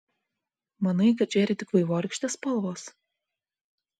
manai kad žėri tik vaivorykštės spalvos